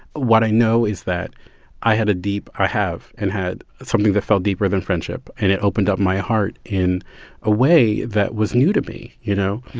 what i know is that i had a deep i have and had something that felt deeper than friendship. and it opened up my heart in a way that was new to me, you know?